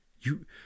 You